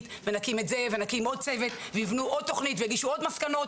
ונקים את זה ונקים עוד צוות ויבנו עוד תוכנית ויגישו עוד מסקנות